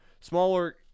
Smaller